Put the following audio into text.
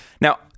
Now